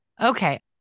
Okay